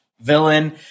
villain